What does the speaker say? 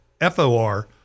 F-O-R